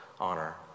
honor